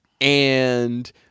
and-